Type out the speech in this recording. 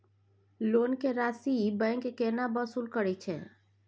Loan के राशि bank केना वसूल करे छै?